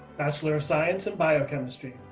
bachelor of science in biochemistry.